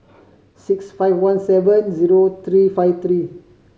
six five one seven zero three five three